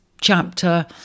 chapter